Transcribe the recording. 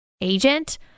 agent